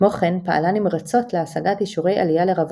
כמו כן פעלה נמרצות להשגת אישורי עלייה לרווקות,